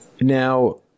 Now